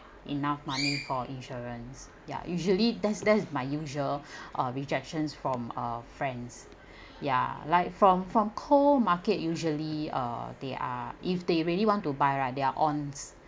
enough money for insurance ya usually there's there's my usual uh rejections from uh friends ya like from from core market usually uh they are if they really want to buy right their ons they are quite ons